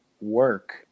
work